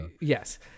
Yes